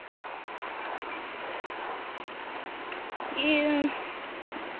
ᱤᱭᱟᱹ